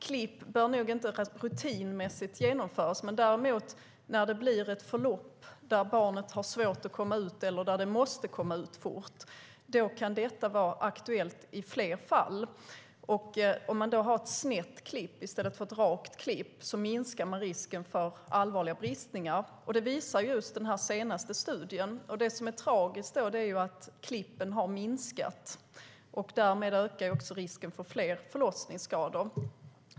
Klipp bör inte rutinmässigt genomföras, men däremot när det blir ett förlopp där barnet har svårt att komma ut eller där det måste komma ut fort kan klipp bli aktuellt. Ett snett klipp i stället för ett rakt klipp minskar risken för allvarliga bristningar. Detta visar den senaste studien. Det tragiska är att klippen har minskat, och därmed ökar risken för fler förlossningsskador.